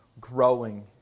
growing